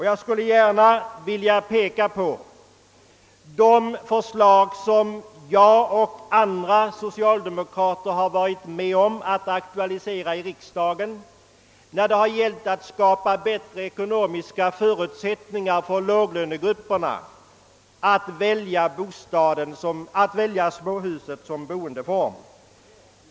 Jag skulle vilja påminna om de förslag som jag och andra socialdemokrater har varit med om att aktualisera i riksdagen för att skapa bättre ekonomiska förutsättningar för låglönegrupperna att välja småhusen som boendeform.